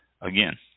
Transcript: again